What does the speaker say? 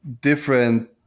different